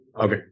Okay